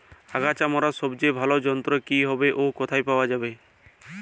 আগাছা মারার সবচেয়ে ভালো যন্ত্র কি হবে ও কোথায় পাওয়া যাবে?